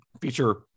feature